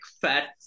Fat